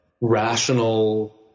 rational